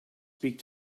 speak